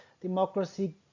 democracy